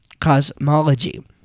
cosmology